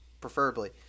preferably